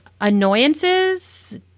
annoyances